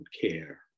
care